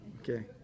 Okay